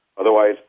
Otherwise